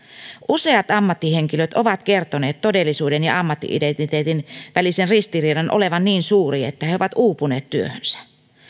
useat ammattihenkilöt ovat kertoneet todellisuuden ja ammatti identiteetin välisen ristiriidan olevan niin suuri että he ovat uupuneet työhönsä